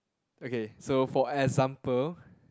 okay so for example